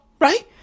right